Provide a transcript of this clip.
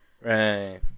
right